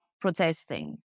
protesting